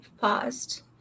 paused